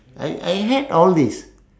I I had all these